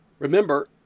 Remember